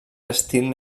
l’estil